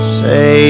say